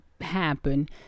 happen